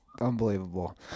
unbelievable